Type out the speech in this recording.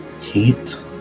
heat